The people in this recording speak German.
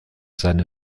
seine